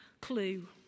clue